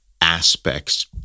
aspects